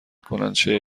کنن، چه